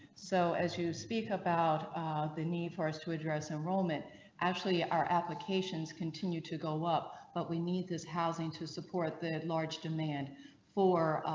so as you speak about the need for us to address enrollment actually our applications continue to go up but we need this housing to support the large demand for.